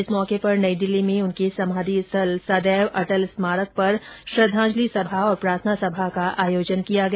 इस मौके पर नई दिल्ली में उनके समाधि स्थल सदैव अटल स्मारक पर श्रद्वांजलि सभा और प्रार्थना सभा का आयोजन किया गया